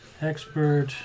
Expert